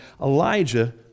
Elijah